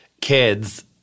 kids